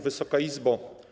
Wysoka Izbo!